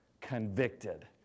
Convicted